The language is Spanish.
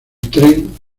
tren